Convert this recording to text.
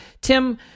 Tim